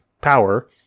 power